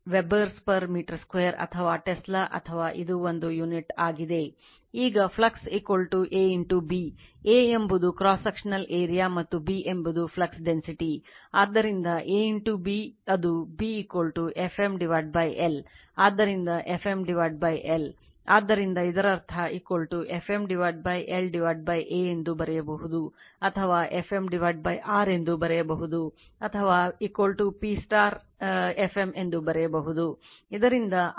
ಆದ್ದರಿಂದ B Fm l Weber per meter 2 ಅಥವಾ tesla ಅಥವಾ ಇದು unit ಆಗಿದೆ